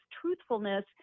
truthfulness